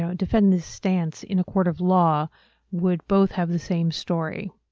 so defend the stance in a court of law would both have the same story.